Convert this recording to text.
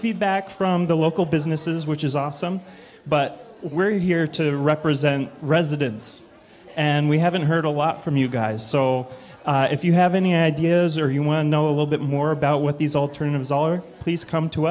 feedback from the local businesses which is awesome but we're here to represent residents and we haven't heard a lot from you guys so if you have any ideas or you want to know a little bit more about what these alternatives all are please come to